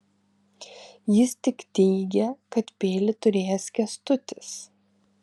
jis tik teigė kad peilį turėjęs kęstutis